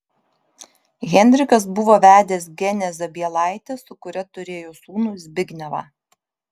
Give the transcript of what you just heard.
henrikas buvo vedęs genę zabielaitę su kuria turėjo sūnų zbignevą